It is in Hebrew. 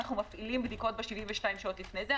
כשאנחנו מפעילים בדיקות ב-72 שעות לפני זה,